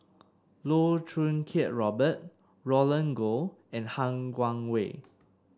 Loh Choo Kiat Robert Roland Goh and Han Guangwei